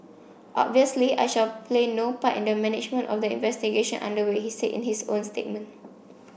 obviously I shall play no part in the management of the investigation under way he said in his own statement